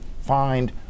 find